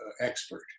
expert